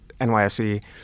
NYSE